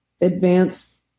advance